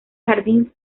jardín